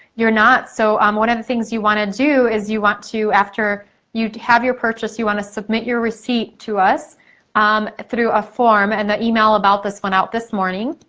you're not. so um one of the things you wanna do is you want to, after you have your purchase, you wanna submit your receipt to us um through a form and the email about this went out this morning.